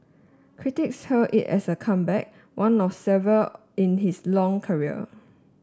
critics hailed it as a comeback one of several in his long career